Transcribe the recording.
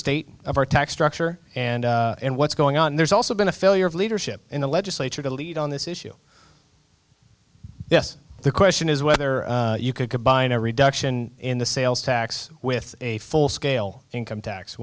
state of our tax structure and in what's going on there's also been a failure of leadership in the legislature to lead on this issue this the question is whether you could combine a reduction in the sales tax with a full scale income tax